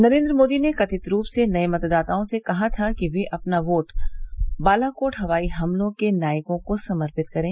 नरेन्द्र मोदी ने कथित रूप से नए मतदाताओं से कहा था कि वे अपना वोट बालाकोट हवाई हमलों के नायकों को समर्पित करें